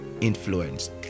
influence